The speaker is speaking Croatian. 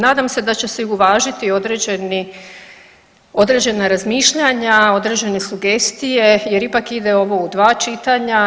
Nadam se da će se uvažiti određeni, određena razmišljanja, određene sugestije jer ipak ide ovo u dva čitanja.